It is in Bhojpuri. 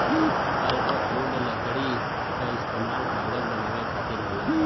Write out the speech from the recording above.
पल्पवुड लकड़ी क इस्तेमाल कागज बनावे खातिर होला